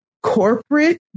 Corporate